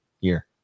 year